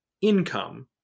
income